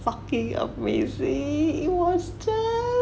fucking amazing it was just